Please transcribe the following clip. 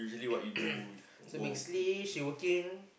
so basically she working